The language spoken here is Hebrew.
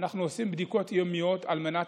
אנחנו עושים בדיקות יומיות על מנת